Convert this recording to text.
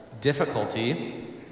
difficulty